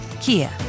Kia